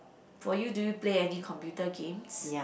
for you do you play any computer games